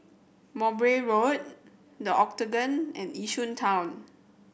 Mowbray Road The Octagon and Yishun Town